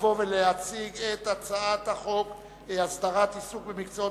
להציג את הצעת חוק הסדרת העיסוק במקצועות